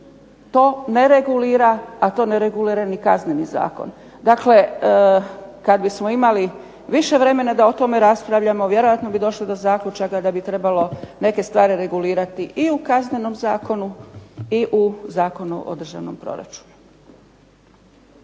to ne regulira, a to ne regulira ni Kazneni zakon. Dakle, kad bismo imali više vremena da o tome raspravljamo vjerojatno bi došli do zaključaka da bi trebalo neke stvari regulirati i u Kaznenom zakonu i u Zakonu o državnom proračunu.